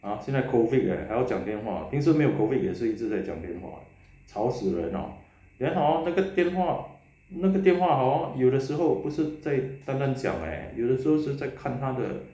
!huh! 现在 COVID leh 还要讲电话平时没有 COVID 也是一直在讲电话吵死人咯:yeshi yi zhi zai jiang dian hua chao si ren lo then hor 那个电话那个电话 hor 有时候不是在单单讲 leh 有的时候是看他的